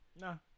no